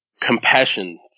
compassion